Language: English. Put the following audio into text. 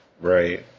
Right